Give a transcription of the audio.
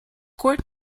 court